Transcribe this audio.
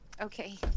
Okay